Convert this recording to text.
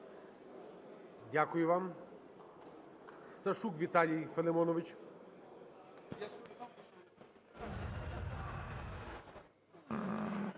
Дякую вам.